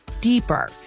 deeper